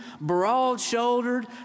broad-shouldered